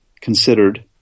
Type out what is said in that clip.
considered